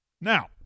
Now